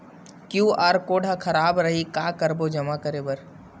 QR code हा खराब रही का करबो जमा बर?